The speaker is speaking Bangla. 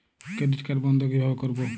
ক্রেডিট কার্ড বন্ধ কিভাবে করবো?